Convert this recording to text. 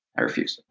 i refuse.